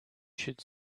should